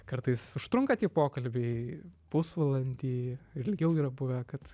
kartais užtrunka tie pokalbiai pusvalandį ilgiau yra buvę kad